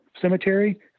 cemetery